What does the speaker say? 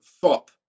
fop